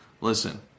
listen